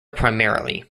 primarily